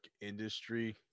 industry